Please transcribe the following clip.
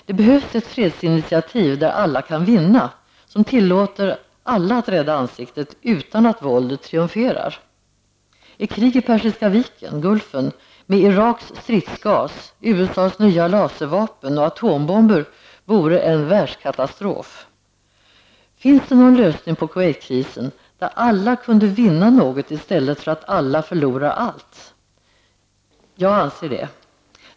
Det behövs ett fredsinitiativ där alla kan vinna, som tillåter alla att rädda ansiktet utan att våldet triumferar. Ett krig i Persiska viken, Gulfen, med Iraks stridsgas, USAs nya laservapen och atombomber vore en världskatastrof. Finns det någon lösning på Kuwaitkrisen där alla kunde vinna något i stället för att alla förlorar allt? Jag anser det.